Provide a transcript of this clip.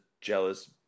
jealous